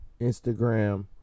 Instagram